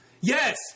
Yes